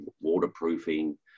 waterproofing